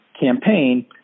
campaign